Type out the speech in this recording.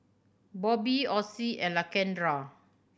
Bobbie Ossie and Lakendra